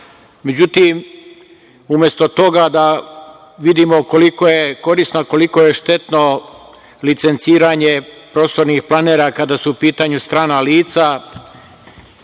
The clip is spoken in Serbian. međutim, umesto toga da vidimo koliko je korisno, a koliko je štetno licenciranje prostornih planera. Kada su u pitanju strana lica,